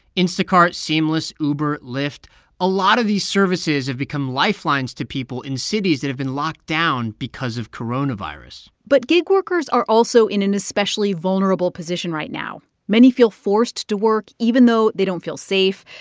instacart, seamless, uber, lyft a lot of these services have become lifelines to people in cities that have been locked down because of coronavirus but gig workers are also in an especially vulnerable position right now. many feel forced to work even though they don't feel safe.